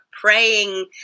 praying